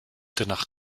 nach